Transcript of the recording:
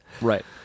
Right